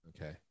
Okay